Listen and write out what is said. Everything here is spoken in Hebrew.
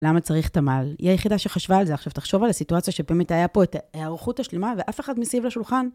למה צריך תמ"ל? היא היחידה שחשבה על זה. עכשיו, תחשוב על הסיטואציה שבאמת היה פה את ההערכות השלמה ואף אחד מסביב לשולחן...